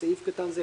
בסעיף קטן זה,